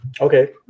okay